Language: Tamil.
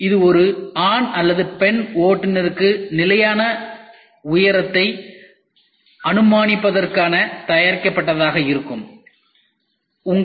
இது ஒரு ஆண் அல்லது பெண் ஓட்டுநருக்கு நிலையான உயரத்தை அனுமானிப்பதற்காக தயாரிக்கப்பட்டதாக இருக்கட்டும்